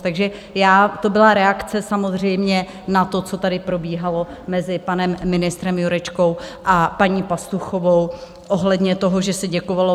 Takže to byla reakce samozřejmě na to, co tady probíhalo mezi panem ministrem Jurečkou a paní Pastuchovou ohledně toho, že se děkovalo.